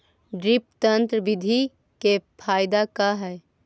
Drip तन्त्र बिधि के फायदा का है?